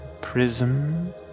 Prism